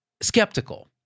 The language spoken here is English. skeptical